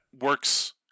works